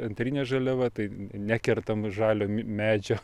antrinė žaliava tai nekertam žalio mi medžio